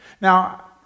Now